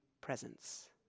Presence